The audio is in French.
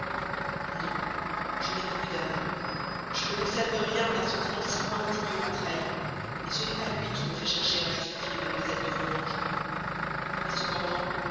non je n'ai plus d'amour je ne conserve rien d'un sentiment si indignement trahi ce n'est pas lui qui me fait chercher à justifier mademoiselle de volanges mais cependant